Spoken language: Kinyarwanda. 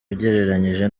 ugereranyije